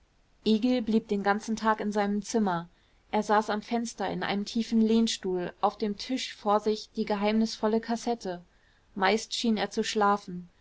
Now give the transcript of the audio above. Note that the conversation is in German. egil blieb den ganzen tag in seinem zimmer er saß am fenster in einem tiefen lehnstuhl auf dem tisch vor sich die geheimnisvolle kassette meist schien er zu schlafen